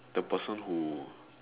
the person who